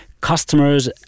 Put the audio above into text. Customers